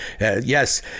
yes